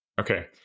Okay